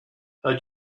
how